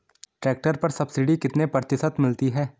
Tractor पर subsidy कितने प्रतिशत मिलती है?